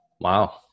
Wow